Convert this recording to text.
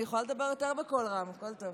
אני יכולה לדבר יותר בקול רם, הכול טוב.